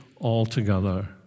altogether